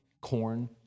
corn